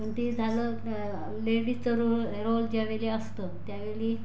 पण ते झालं त्या लेडीजचा रोल रोल ज्यावेळी असतं त्यावेळी